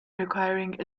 requiring